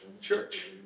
church